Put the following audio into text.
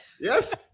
Yes